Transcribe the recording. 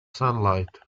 sunlight